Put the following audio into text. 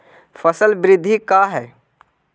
फसल वृद्धि का है?